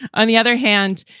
on the other hand,